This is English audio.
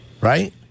Right